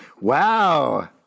Wow